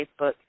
Facebook